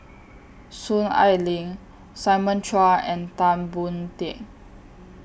Soon Ai Ling Simon Chua and Tan Boon Teik